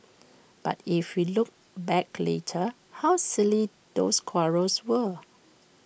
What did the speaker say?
but if we look back later how silly those quarrels were